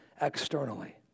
externally